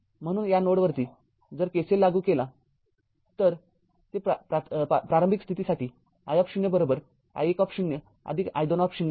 म्हणूनया नोडवरती जर KCL लागू केला तर प्रारंभिक स्थितीसाठी i i१ आदिक i२ लिहा